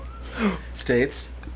states